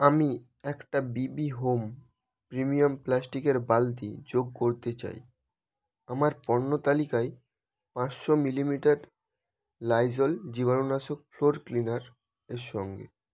আমি একটা BB home premium প্লাস্টিকের বালতি যোগ করতে চাই আমার পণ্য তালিকায় পাঁসশো মিলিমিটার লাইজল জীবাণুনাশক ফ্লোর ক্লিনার এর সঙ্গে